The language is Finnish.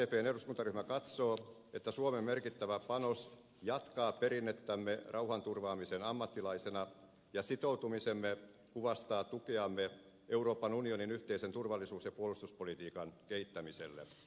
sdpn eduskuntaryhmä katsoo että suomen merkittävä panos jatkaa perinnettämme rauhanturvaamisen ammattilaisena ja sitoutumisemme kuvastaa tukeamme euroopan unionin yhteisen turvallisuus ja puolustuspolitiikan kehittämiselle